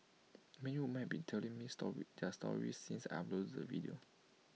many women have been telling me story their stories since I uploaded the video